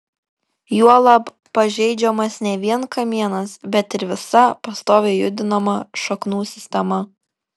juolab pažeidžiamas ne vien kamienas bet ir visa pastoviai judinama šaknų sistema